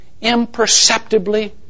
imperceptibly